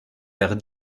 vers